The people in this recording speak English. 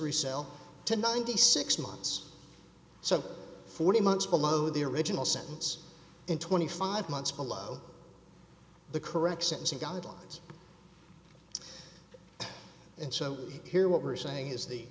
resell to ninety six months so forty months below the original sentence in twenty five months below the correct sentencing guidelines and so here what we're saying is the